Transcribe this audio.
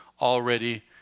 already